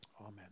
Amen